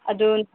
ꯑꯗꯣ